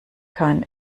kann